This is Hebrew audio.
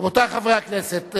רבותי חברי הכנסת,